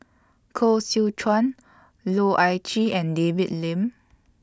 Koh Seow Chuan Loh Ah Chee and David Lim